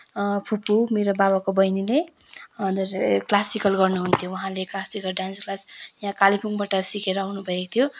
फुपू मेरो बाबाको बहिनीले अन्त चाहिँ क्लासिकल गर्नुहुन्थ्यो उहाँले क्लासिकल डान्स क्लास यहाँ कालिम्पोङबाट सिकेर आउनुभएको थियो